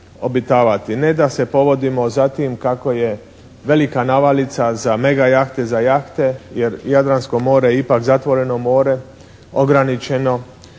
Ne da se povodimo za tim kako je velika navalica za megajahte, za jahte jer Jadransko more je ipak zatvoreno more ograničeno